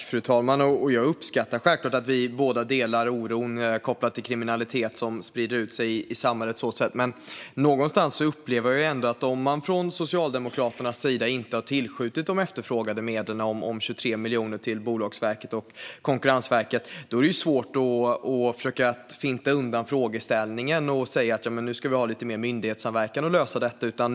Fru talman! Jag uppskattar självklart att vi delar oron över kriminaliteten som sprider ut sig i samhället. Men om Socialdemokraterna inte har tillskjutit de efterfrågade medlen om 23 miljoner till Bolagsverket och Konkurrensverket är det svårt för dem att finta undan frågan och säga att nu ska vi ha lite mer myndighetssamverkan för att lösa detta.